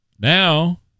now